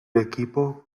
equipo